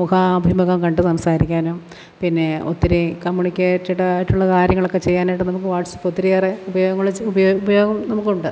മുഖാഭിമുഖം കണ്ട് സംസാരിക്കാനും പിന്നെ ഒത്തിരി കമ്മ്യൂണിക്കേറ്റഡ് ആയിട്ടുള്ള കാര്യങ്ങളൊക്കെ ചെയ്യാനായിട്ട് നമുക്ക് വാട്സ്ആപ്പ് ഒത്തിരിയേറെ ഉപയോഗങ്ങൾ ഉപയോ ഉപയോഗം നമുക്കുണ്ട്